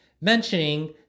mentioning